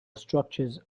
structures